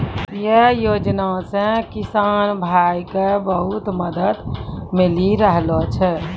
यै योजना सॅ किसान भाय क बहुत मदद मिली रहलो छै